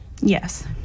Yes